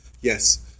Yes